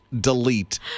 Delete